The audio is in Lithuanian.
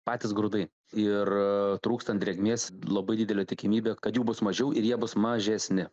patys grūdai ir trūkstant drėgmės labai didelė tikimybė kad jų bus mažiau ir jie bus mažesni